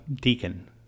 deacon